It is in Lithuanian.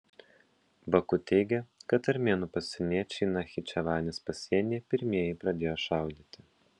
baku teigia kad armėnų pasieniečiai nachičevanės pasienyje pirmieji pradėjo šaudyti